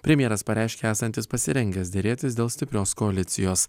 premjeras pareiškė esantis pasirengęs derėtis dėl stiprios koalicijos